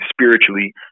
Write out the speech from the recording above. spiritually